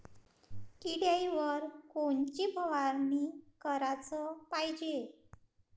किड्याइवर कोनची फवारनी कराच पायजे?